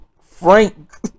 Frank